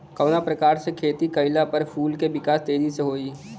कवना प्रकार से खेती कइला पर फूल के विकास तेजी से होयी?